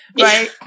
Right